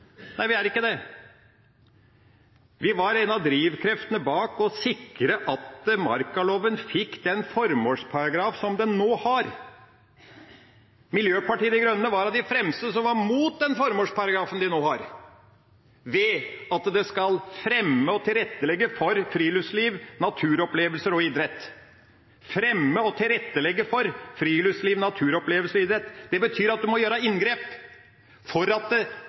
Nei, vi er ikke det. Vi var en av drivkreftene bak å sikre at markaloven fikk den formålsparagrafen som den nå har. Miljøpartiet De Grønne var av de fremste som var mot den formålsparagrafen vi nå har, ved at den skal «fremme og tilrettelegge for friluftsliv, naturopplevelse og idrett». Fremme og tilrettelegge for friluftsliv, naturopplevelse og idrett – det betyr at en må gjøre inngrep for at de mange skal få oppleve det